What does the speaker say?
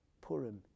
Purim